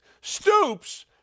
Stoops